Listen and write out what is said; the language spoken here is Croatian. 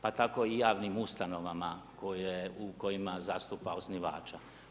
Pa tako i javnim ustanovama u kojima zastupa osnivača.